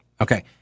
Okay